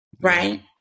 right